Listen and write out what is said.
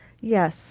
Yes